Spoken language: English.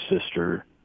sister